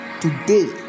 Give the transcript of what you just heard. today